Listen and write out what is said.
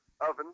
oven